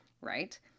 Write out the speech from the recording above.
right